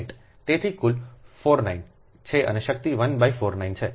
તેથી કુલ 49 છે અને શક્તિ 149 છે